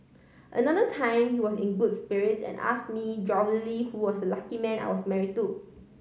another time he was in good spirits and ask me jovially who was the lucky man I was marry to